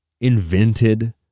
invented